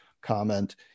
comment